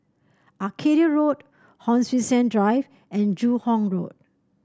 Arcadia Road Hon Sui Sen Drive and Joo Hong Road